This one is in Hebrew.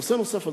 נושא נוסף,